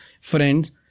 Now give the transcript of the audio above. friends